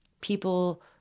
people